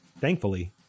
Thankfully